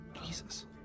Jesus